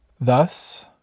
Thus